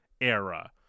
era